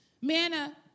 Manna